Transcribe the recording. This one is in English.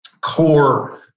core